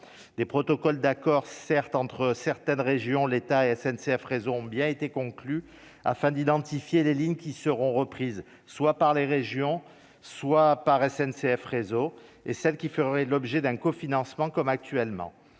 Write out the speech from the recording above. des protocoles d'accord certes entre certaines régions l'état et SNCF, réseau ont bien été conclu afin d'identifier les lignes qui seront reprises, soit par les régions soit par SNCF, réseau et celle qui ferait l'objet d'un cofinancement comme actuellement,